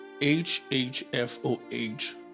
H-H-F-O-H